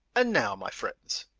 and now, my friends,